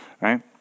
Right